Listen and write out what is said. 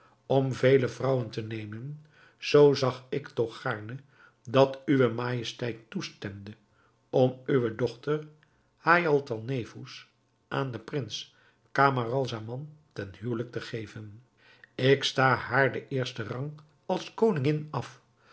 om vele vrouwen te nemen zoo zag ik toch gaarne dat uwe majesteit toestemde om uwe dochter haïatalnefous aan den prins camaralzaman ten huwelijk te geven ik sta haar den eersten rang als koningin af